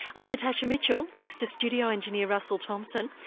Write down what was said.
i'm natasha mitchell, thanks to studio engineer russell thompson.